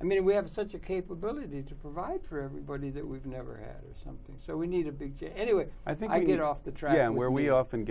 i mean we have such a capability to provide for everybody that we've never had or something so we need to begin anyway i think i get off the track where we often